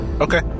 Okay